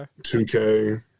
2K